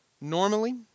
Normally